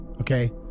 Okay